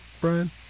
Brian